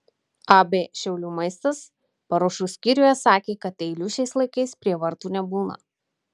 ab šiaulių maistas paruošų skyriuje sakė kad eilių šiais laikais prie vartų nebūna